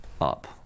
up